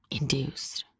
induced